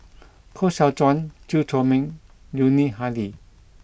Koh Seow Chuan Chew Chor Meng Yuni Hadi